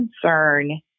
concern